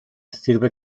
sirve